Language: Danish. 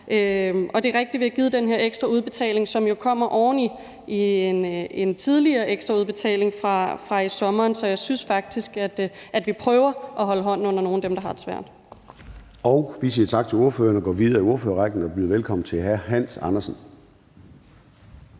Og det er rigtigt, at vi har givet den her ekstra udbetaling, som jo kommer oven i en tidligere ekstra udbetaling fra i sommer, så jeg synes faktisk, at vi prøver at holde hånden under nogle af dem, der har det svært. Kl. 13:10 Formanden (Søren Gade): Vi siger tak til ordføreren. Vi går videre i ordførerrækken og byder velkommen til hr. Hans Andersen.